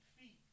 feet